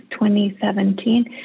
2017